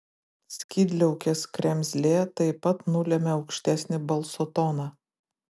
skydliaukės kremzlė taip pat nulemia aukštesnį balso toną